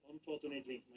Unfortunately